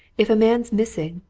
if a man's missing,